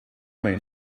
man